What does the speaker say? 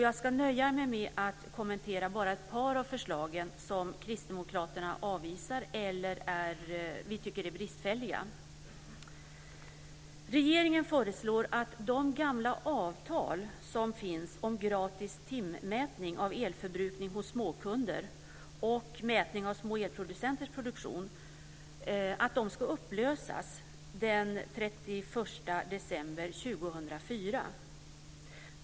Jag ska nöja mig med att kommentera bara ett par av de förslag som Kristdemokraterna avvisar eller tycker är bristfälliga. Regeringen föreslår att de gamla avtal som finns om gratis timmätning av elförbrukning hos småkunder och om mätning av små elproducenters produktion ska upplösas den 31 december 2004.